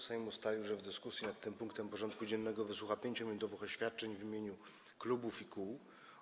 Sejm ustalił, że w dyskusji nad tym punktem porządku dziennego wysłucha 5-minutowych oświadczeń w imieniu klubów i kół.